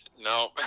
No